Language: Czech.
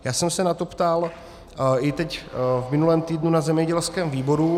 Já jsem se na to ptal i teď v minulém týdnu na zemědělském výboru.